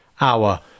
hour